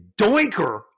doinker